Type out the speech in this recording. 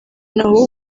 naho